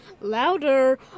Louder